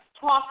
talk